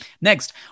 Next